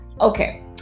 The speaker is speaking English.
Okay